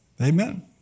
Amen